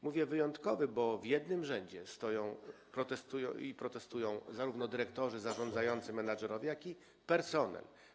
Mówię: wyjątkowy, bo w jednym rzędzie stoją i protestują zarówno dyrektorzy, zarządzający, menedżerowie, jak i personel.